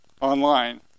online